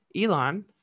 elon